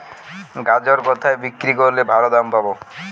গাজর কোথায় বিক্রি করলে ভালো দাম পাব?